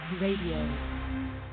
Radio